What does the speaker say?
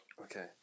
okay